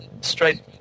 straight